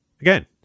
Again